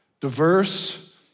diverse